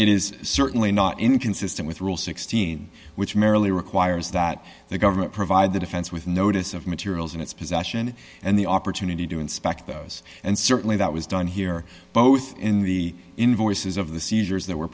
it is certainly not inconsistent with rule sixteen which merely requires that the government provide the defense with notice of materials in its possession and the opportunity to inspect those and certainly that was done here both in the invoices of the seizures that were